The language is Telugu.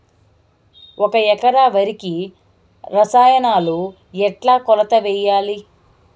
ఒక ఎకరా వరికి రసాయనాలు ఎట్లా కొలత వేయాలి?